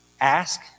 ask